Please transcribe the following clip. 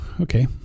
Okay